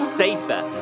safer